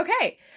Okay